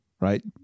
right